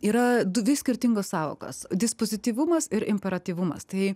yra dvi skirtingos sąvokos dispozityvumas ir imperatyvumas tai